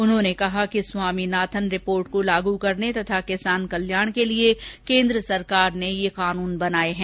उन्होंने कहा कि स्वामीनाथन रिपोर्ट को लागू करने तथा किसान कल्याण के लिये केन्द्र सरकार ने ये कानून बनाये हैं